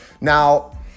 Now